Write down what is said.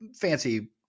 fancy